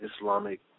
Islamic